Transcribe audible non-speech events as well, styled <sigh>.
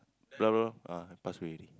<noise> pass away already